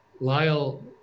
Lyle